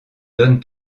donnes